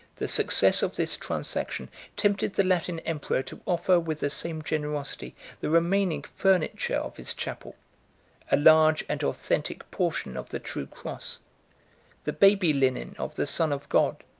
the success of this transaction tempted the latin emperor to offer with the same generosity the remaining furniture of his chapel a large and authentic portion of the true cross the baby-linen of the son of god,